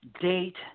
date